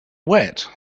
wet